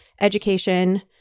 education